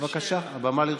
בבקשה, הבמה לרשותך.